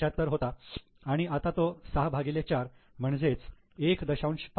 75 होता आणि आता तो 6 भागिले 4 म्हणजेच 1